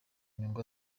nyungu